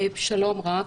שלום רב.